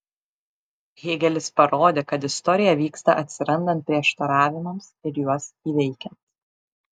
hėgelis parodė kad istorija vyksta atsirandant prieštaravimams ir juos įveikiant